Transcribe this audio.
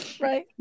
Right